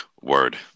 Word